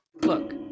look